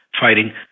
fighting